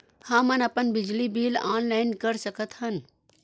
हमन अपन बिजली बिल ऑनलाइन कर सकत हन?